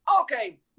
Okay